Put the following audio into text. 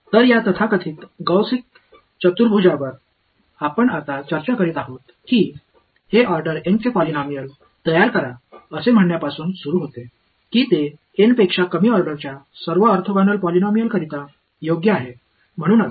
तर या तथाकथित गौसीय चतुर्भुजावर आपण आता चर्चा करीत आहोत की हे ऑर्डर एनचे पॉलिनॉमियल तयार करा असे म्हणण्यापासून सुरू होते की ते एनपेक्षा कमी ऑर्डरच्या सर्व ऑर्थोगोनल पॉलिनॉमियलकरिता योग्य आहे